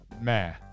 Meh